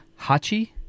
Hachi